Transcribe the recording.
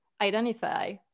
identify